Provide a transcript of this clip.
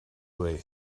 way